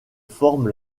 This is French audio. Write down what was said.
forme